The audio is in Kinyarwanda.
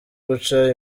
guca